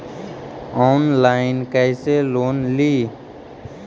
Online कैसे loan ली?